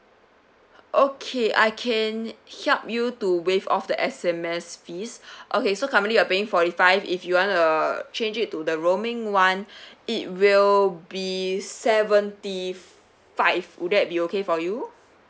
okay I can help you to waive off the S_M_S fees okay so currently you're paying forty five if you want to change it to the roaming one it will be seventy five would that be okay for you